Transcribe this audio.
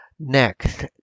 Next